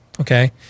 okay